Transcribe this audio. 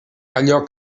allò